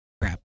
crap